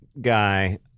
guy